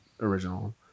original